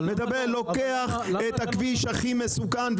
אני לוקח את הכביש הכי מסוכן,